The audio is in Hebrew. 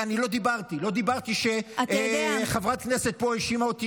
ואני לא דיברתי על זה שחברת כנסת פה האשימה אותי